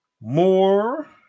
more